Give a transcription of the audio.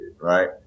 right